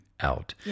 out